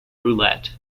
roulette